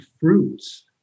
fruits